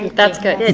that's good.